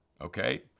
Okay